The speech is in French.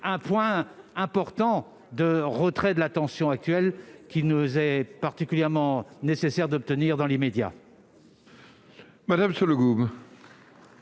un point important de retrait de la tension actuelle, qu'il nous est particulièrement nécessaire d'obtenir dans l'immédiat.